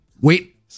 wait